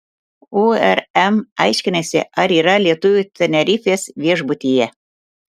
urm aiškinasi ar yra lietuvių tenerifės viešbutyje